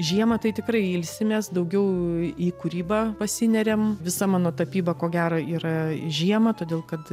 žiemą tai tikrai ilsimės daugiau į kūrybą pasineriam visa mano tapyba ko gera yra žiemą todėl kad